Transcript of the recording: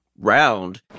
round